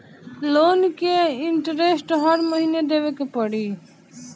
Loan के interest हर महीना देवे के पड़ी?